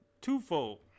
Twofold